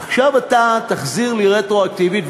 עכשיו אתה תחזיר לי רטרואקטיבית,